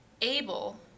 able